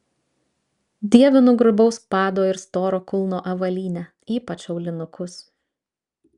dievinu grubaus pado ir storo kulno avalynę ypač aulinukus